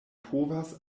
povas